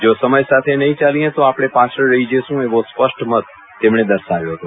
જો સમય સાથે નહિં ચાલીએ તો આપણે પાછળ રહી જશુ એવો સ્પષ્ટ મત તેમણે દર્શાવ્યો હતો